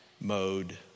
mode